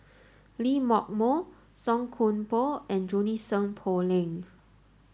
Lee Hock Moh Song Koon Poh and Junie Sng Poh Leng